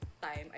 time